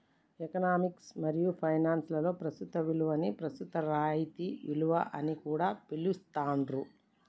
economics మరియు finance లలో ప్రస్తుత విలువని ప్రస్తుత రాయితీ విలువ అని కూడా పిలుత్తాండ్రు